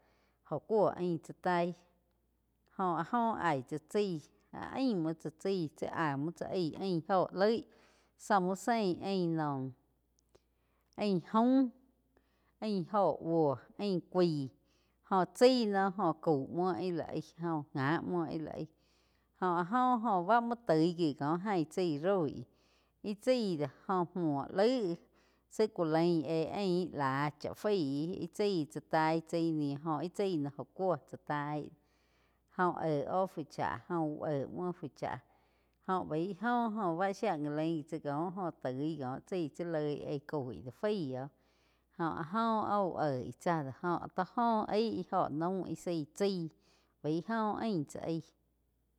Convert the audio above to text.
Joh cúo ain chá taí joh áh joh aíh tsáh chaí áh aim múo tsáh chái tsi áh muo cha áih óho loi zá múo sein ain naum, ain jaum ain óho búo ain cúai jóh chaí noh jó cáu muo íh la aíh jóh já múo íh la aig jó áh oh bá muo toi gi có ain chaí roi íh chái do joh múo laig zí ku lain éh ain láh cha fai íh chái tsá taí chaí ñiu jóh chaí no óh kúo chá taí óh éh oh fu chá jo úh eh muo fu chá jo fain óh báh shía gá lain gi tsáh kóh jo toi koh chái loi eí koi do faí oh. Óh áh joh áh úh oiu tsáh tó joh aih íh óho naum íh zaí chái baí óh ain tsáh aí.